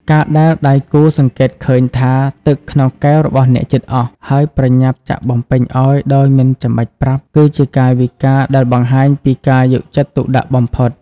ការដែលដៃគូសង្កេតឃើញថាទឹកក្នុងកែវរបស់អ្នកជិតអស់ ហើយប្រញាប់ចាក់បំពេញឱ្យដោយមិនចាំបាច់ប្រាប់ គឺជាកាយវិការដែលបង្ហាញពីការយកចិត្តទុកដាក់បំផុត។